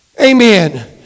Amen